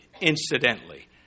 incidentally